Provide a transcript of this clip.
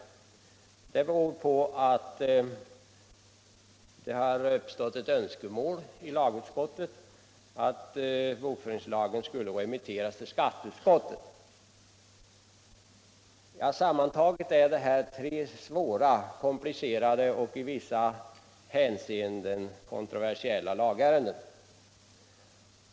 Det beror på att det i lagutskottet har uppstått ett önskemål att bokföringslagen skall remitteras till skatteutskottet. Det gäller här tre svåra, komplicerade och i vissa hänseenden kontroversiella lagärenden.